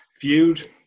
viewed